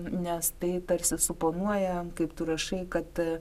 nes tai tarsi suponuoja kaip tu rašai kad